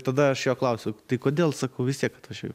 tada aš jo klausiu tai kodėl sakau vis tiek atvažiuoji